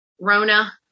Rona